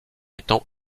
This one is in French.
étant